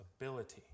ability